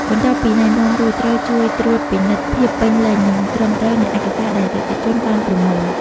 បន្ទាប់ពីណែនាំរួច ត្រូវជួយត្រួតពិនិត្យភាពពេញលេញ និងត្រឹមត្រូវនៃឯកសារដែលអតិថិជនបានប្រមូល។